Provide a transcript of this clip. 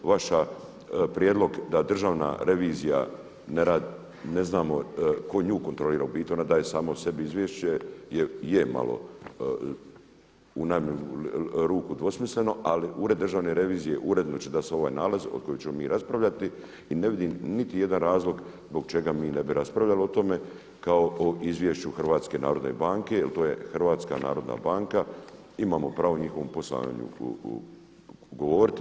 Vaš prijedlog da Državna revizija ne znamo tko nju kontrolira, u biti onda daje sama o sebi izvješće je malo u najmanju ruku dvosmisleno, ali Ured državne revizije uredno će dati ovaj nalaz o kojem ćemo mi raspravljati i ne vidim niti jedan razlog zbog čega mi ne bi raspravljali o tome kao o izvješću o HNB-u jel to je HNB, imamo pravo o njihovom poslovanju govoriti.